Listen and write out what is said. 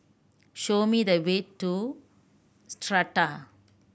show me the way to Strata